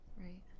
Right